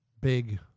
big